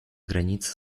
границы